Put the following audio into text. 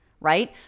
right